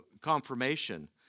confirmation